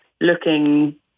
looking